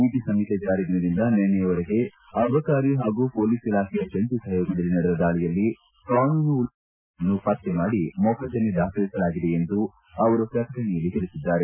ನೀತಿ ಸಂಹಿತೆ ಜಾರಿ ದಿನದಿಂದ ನಿನ್ನೆವರೆಗೆ ಅಬಕಾರಿ ಹಾಗೂ ಪೊಲೀಸ್ ಇಲಾಖೆಯ ಜಂಟಿ ಸಹಯೋಗದಲ್ಲಿ ನಡೆದ ದಾಳಿಯಲ್ಲಿ ಕಾನೂನು ಉಲ್ಲಂಘನೆಯ ಪಲವು ಪ್ರಕರಣಗಳನ್ನು ಪತ್ತೆ ಮಾಡಿ ಮೊಕದ್ದಮೆ ದಾಖಲಿಸಲಾಗಿದೆ ಎಂದು ಅವರು ಪ್ರಕಟಣೆಯಲ್ಲಿ ತಿಳಿಸಿದ್ದಾರೆ